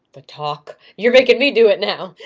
the talk! you're making me do it now!